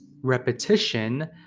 repetition